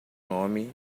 nome